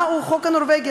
מהו החוק הנורבגי?